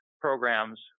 programs